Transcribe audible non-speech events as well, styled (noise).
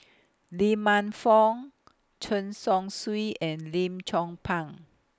(noise) Lee Man Fong Chen Chong Swee and Lim Chong Pang